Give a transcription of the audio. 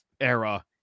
era